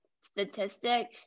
statistic